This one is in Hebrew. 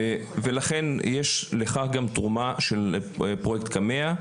ולכן יש לך גם תרומה של פרוייקט קמ"ע.